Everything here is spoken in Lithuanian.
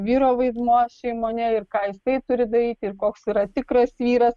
vyro vaidmuo šeimoje ir ką jisai turi daryti ir koks yra tikras vyras